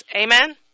Amen